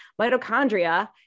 Mitochondria